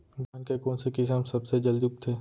धान के कोन से किसम सबसे जलदी उगथे?